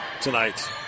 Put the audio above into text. tonight